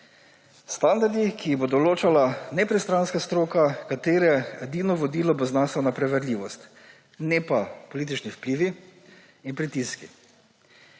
Standardi, ki jih bo določala nepristranska stroka, katere edino vodilo bo znanstvena preverljivost, ne pa politični vplivi in pritiski.